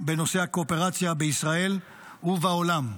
בנושא הקואופרציה בישראל ובעולם.